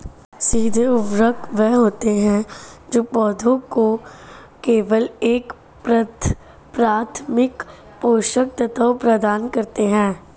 सीधे उर्वरक वे होते हैं जो पौधों को केवल एक प्राथमिक पोषक तत्व प्रदान करते हैं